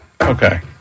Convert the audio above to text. Okay